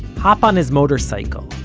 hop on his motorcycle,